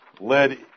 led